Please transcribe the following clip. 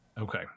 okay